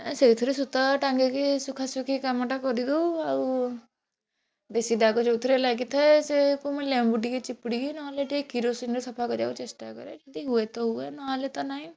ସେଇଥିରେ ସୂତା ଟାଙ୍ଗିକି ଶୁଖାଶୁଖି କାମଟା କରିଦଉ ଆଉ ବେଶି ଦାଗ ଯେଉଁଥିରେ ଲାଗିଥାଏ ସେ ପୁଣି ଲେମ୍ବୁ ଟିକେ ଚିପୁଡ଼ିକି ନହେଲେ କିରୋସିନିରେ ସଫା କରିବାକୁ ଚେଷ୍ଟା କରେ ଏମିତି ହୁଏତ ହୁଏ ନହେଲେ ତ ନାହିଁ